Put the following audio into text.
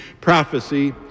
Prophecy